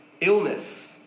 illness